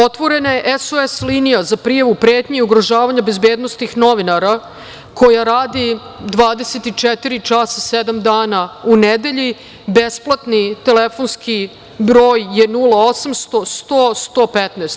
Otvorena je SOS linija za prijavu pretnji i ugrožavanja bezbednosti novinara koja radi 24 časa sedam dana u nedelji, besplatni telefonski broj je 0800/100115.